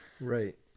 right